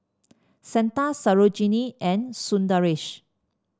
Santha Sarojini and Sundaresh